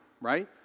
right